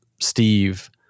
Steve